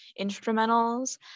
instrumentals